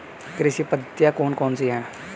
कृषि पद्धतियाँ कौन कौन सी हैं?